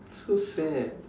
so sad